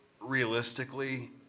realistically